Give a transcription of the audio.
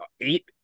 eight